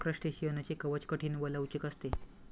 क्रस्टेशियनचे कवच कठीण व लवचिक असते